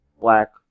black